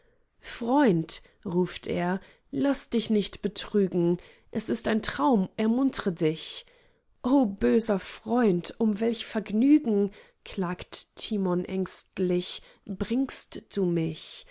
freund ruft er laß dich nicht betrügen es ist ein traum ermuntre dich o böser freund um welch vergnügen klagt timon ängstlich bringst du mich